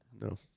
No